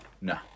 No